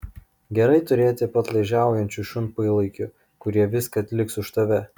gerai turėti padlaižiaujančių šunpalaikių kurie viską atliks už tave